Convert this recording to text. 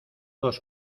dos